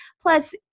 plus